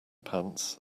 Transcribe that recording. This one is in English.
pants